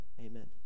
amen